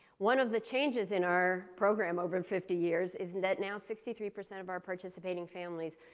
one of the changes in our program over and fifty years is that now sixty three percent of our participating families,